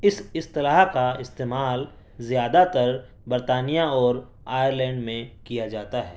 اس اصطلاح کا استعمال زیادہ تر برطانیہ اور آئرلینڈ میں کیاجاتا ہے